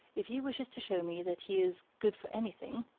if he wishes to show me that he is good for anything,